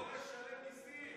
לא לשלם מיסים.